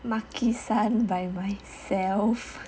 Maki-San by myself